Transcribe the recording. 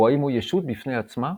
או האם הוא ישות בפני עצמה?